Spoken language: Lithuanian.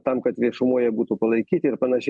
tam kad viešumoje būtų palaikyti ir panašiai